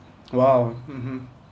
!wow! mmhmm